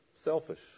Selfish